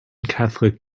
catholic